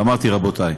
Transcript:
אמרתי: רבותי,